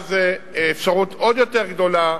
ואז זו אפשרות עוד יותר גדולה,